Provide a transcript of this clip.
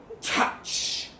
touch